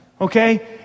okay